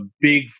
big